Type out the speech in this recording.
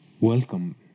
welcome